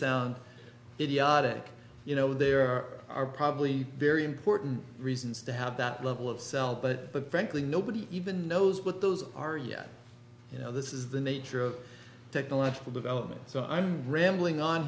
sound idiotic you know there are probably very important reasons to have that level of cell but frankly nobody even knows what those are yet you know this is the nature of technological development so i'm rambling on